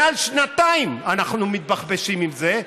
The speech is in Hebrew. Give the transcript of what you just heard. מעל שנתיים אנחנו מתבחבשים עם זה,